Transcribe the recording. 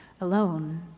alone